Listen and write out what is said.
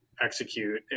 execute